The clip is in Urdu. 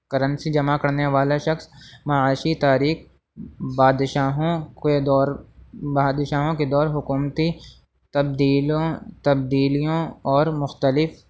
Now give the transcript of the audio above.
کرنسی جمع کرنے والا شخص معاشی تاریخ بادشاہوں کے دور بادشاہوں کے دور حکومتی تبدیلوں تبدیلیوں اور مختلف